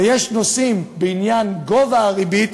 ויש נושאים בעניין גובה הריבית,